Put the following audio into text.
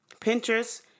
Pinterest